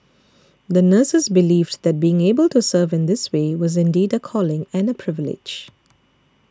the nurses believed that being able to serve in this way was indeed a calling and a privilege